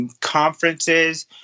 conferences